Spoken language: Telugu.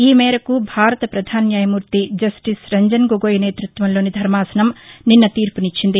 ఈ మేరకు భారత ప్రధాన న్యాయమూర్తి జస్టిస్ రంజన్గోగోయ్ నేతృత్వంలోని ధర్మాసనం నిన్న తీర్పు నిచ్చింది